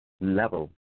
level